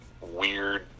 weird